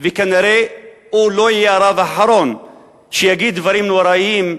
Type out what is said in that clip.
וכנראה הוא לא יהיה הרב האחרון שיגיד דברים נוראיים,